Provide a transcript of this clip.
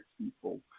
people